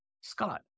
Scott